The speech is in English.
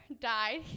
died